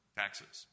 taxes